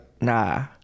Nah